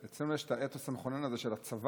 אצלנו יש את האתוס המכונן הזה של הצבא.